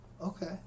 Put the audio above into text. Okay